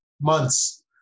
months